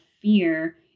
fear